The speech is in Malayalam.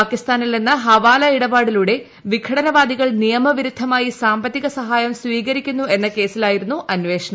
പാകിസ്ഥാനിൽ നിന്ന് ഹവാല ഇടപാടിലൂടെ വിഘടനവാദികൾ നിയമവിരുദ്ധമായി സാമ്പത്തിക സഹായ്റ് സ്വീകരിക്കുന്നു എന്ന കേസിലായിരുന്നു അന്വേഷണം